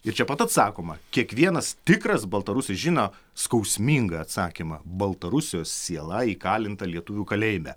ir čia pat atsakoma kiekvienas tikras baltarusis žino skausmingą atsakymą baltarusijos siela įkalinta lietuvių kalėjime